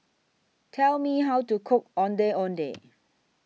Tell Me How to Cook Ondeh Ondeh